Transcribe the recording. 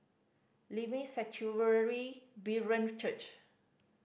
Living Sanctuary Brethren Church